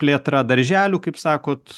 plėtra darželių kaip sakot